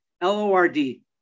L-O-R-D